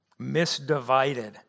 misdivided